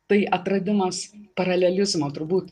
tai atradimas paralelizmo turbūt